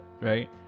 right